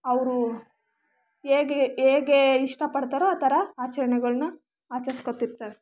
ಅವರು ಹೇಗೆ ಹೇಗೆ ಇಷ್ಟಪಡ್ತಾರೋ ಆ ಥರ ಆಚರಣೆಗಳನ್ನ ಆಚರಿಸ್ಕೊತಿರ್ತಾರೆ